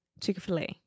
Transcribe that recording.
Chick-fil-A